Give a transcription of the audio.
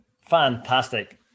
Fantastic